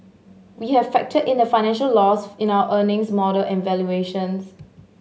we have factored in the financial loss in our earnings model and valuations